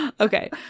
Okay